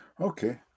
Okay